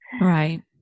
Right